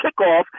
kickoff